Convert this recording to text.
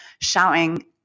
shouting